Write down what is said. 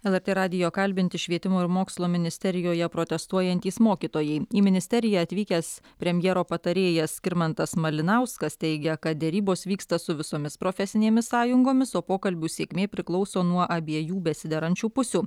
lrt radijo kalbinti švietimo ir mokslo ministerijoje protestuojantys mokytojai į ministeriją atvykęs premjero patarėjas skirmantas malinauskas teigia kad derybos vyksta su visomis profesinėmis sąjungomis o pokalbių sėkmė priklauso nuo abiejų besiderančių pusių